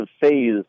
phase